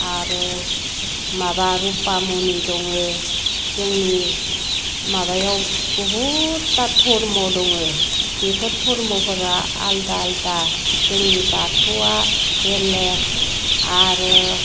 आरो माबा रुपामनि दङ जोंनि माबायाव बुहुदता धोरोम दङ बेफोर धोरोमफोरा आलादा आलादा जोंनि बाथौआ बेलेग आरो